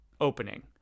opening